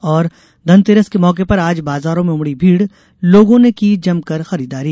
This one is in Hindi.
और धनतेरस के मौके पर आज बाजारों में उमड़ी भीड़ लोगों ने की जमकर खरीदारी